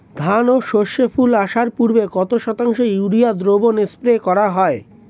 ধান ও সর্ষে ফুল আসার পূর্বে কত শতাংশ ইউরিয়া দ্রবণ স্প্রে করা হয়?